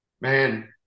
man